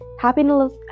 happiness